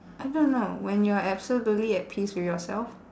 I don't know when you're absolutely at peace with yourself